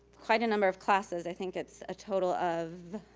quite a number of classes, i think it's a total of